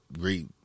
great